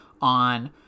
on